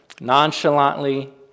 nonchalantly